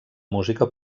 música